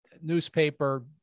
newspaper